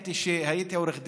כשהייתי עורך דין,